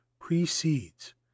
precedes